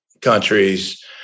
countries